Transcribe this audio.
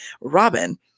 Robin